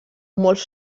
molts